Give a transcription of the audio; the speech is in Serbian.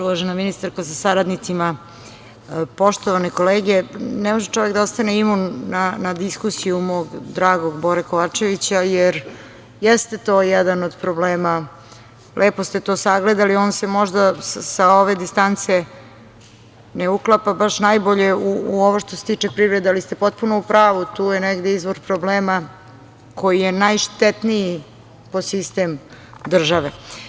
Uvažena ministarko, sa saradnicima, poštovane kolege, ne može čovek da ostane imun na diskusiju mog dragog Bore Kovačevića, jer jeste to jedan od problema, lepo ste to sagledali, on se možda sa ove distance ne uklapa baš najbolje u ovo što se tiče privrede, ali ste potpuno u pravu, tu je negde izvor problema koji je najštetniji po sistem države.